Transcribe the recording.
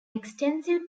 extensive